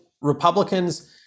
Republicans